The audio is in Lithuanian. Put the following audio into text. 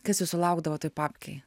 kas jūsų laukdavo toj papkėj